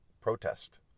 protest